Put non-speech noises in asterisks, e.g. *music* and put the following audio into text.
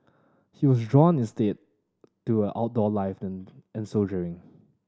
he was drawn instead to a outdoor life and *hesitation* soldiering